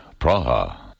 Praha